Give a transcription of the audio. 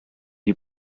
die